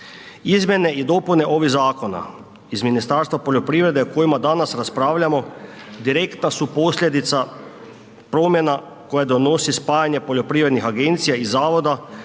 Izmjene i dopune ovih zakona iz Ministarstva poljoprivrede o kojima danas raspravljamo direktna su posljedica promjena koje donosi spajanje poljoprivrednih agencija i zavoda